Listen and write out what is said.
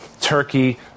Turkey